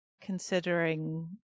Considering